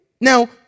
Now